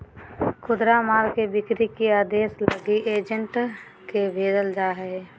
खुदरा माल के बिक्री के उद्देश्य लगी एजेंट के भेजल जा हइ